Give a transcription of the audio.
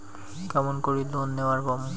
কেমন করি লোন নেওয়ার পামু?